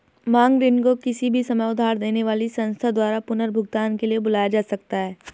मांग ऋण को किसी भी समय उधार देने वाली संस्था द्वारा पुनर्भुगतान के लिए बुलाया जा सकता है